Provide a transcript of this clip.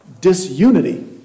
disunity